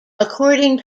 according